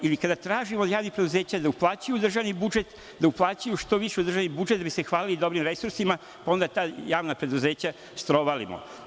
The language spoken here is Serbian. I kada tražimo od javnih preduzeća da uplaćuju u državni budžet, da uplaćuju što više u državni budžet da bi se hvalili dobrim resursima, onda ta javna preduzeća strovalimo.